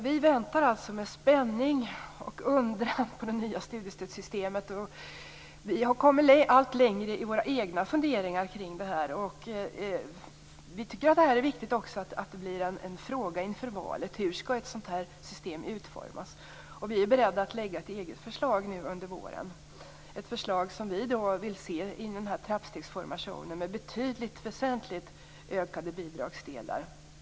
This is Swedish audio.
Vi väntar alltså med spänning och undran på det nya studiestödssystemet, och vi har kommit allt längre i våra egna funderingar kring detta. Det är viktigt att detta blir en fråga inför valet - hur skall ett sådant här system utformas? Vi är beredda att lägga fram ett eget förslag under våren. Vi vill se en trappstegsformation med väsentligt ökade bidragsdelar.